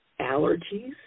allergies